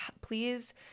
please